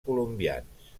colombians